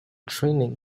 training